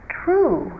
true